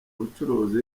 ubucuruzi